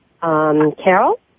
Carol